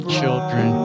children